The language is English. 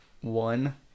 one